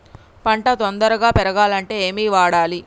పంట తొందరగా పెరగాలంటే ఏమి వాడాలి?